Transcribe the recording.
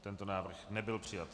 Tento návrh nebyl přijat.